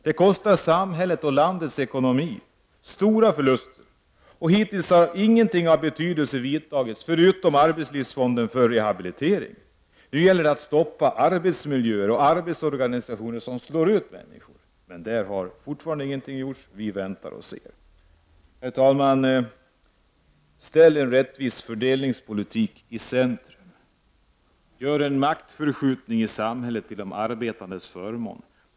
Dessa kostar samhället och landets ekonomi stora förluster. Hittills har inga åtgärder av betydelse vidtagits, förutom arbetslivsfonden för rehabilitering. Nu gäller det att stoppa arbetsmiljöer och arbetsorganisationer som slår ut människor. Men därvidlag har fortfarande ingenting gjorts. Vi väntar och ser. Herr talman! Ställ en rättvis fördelningspolitik i centrum! Gör en maktförskjutning i samhället till de arbetandes förmån!